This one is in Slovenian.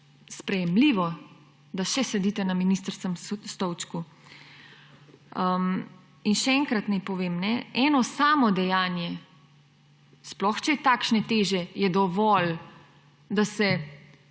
sprejemljivo, da še sedite na ministrskem stolčku. In še enkrat naj povem. Eno samo dejanje, sploh če je takšne teže, je dovolj, da se